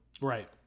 Right